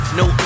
no